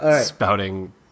Spouting